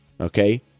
okay